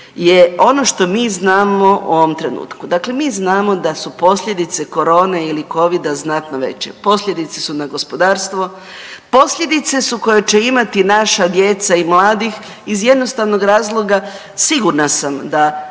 ono što mi znamo u ovom trenutku. Dakle, mi znamo da su posljedice korone ili Covida znatno veće. Posljedice su na gospodarstvo. Posljedice su koje će imati naša djeca i mladi iz jednostavnog razloga sigurna sam da